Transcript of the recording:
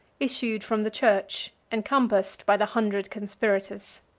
issued from the church, encompassed by the hundred conspirators.